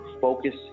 focus